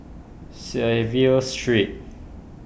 Clive Street